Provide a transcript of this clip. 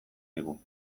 digu